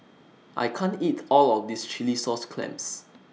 I can't eat All of This Chilli Sauce Clams